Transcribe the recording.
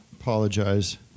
Apologize